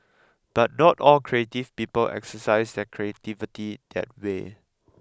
but not all creative people exercise their creativity that way